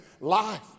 life